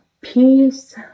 peace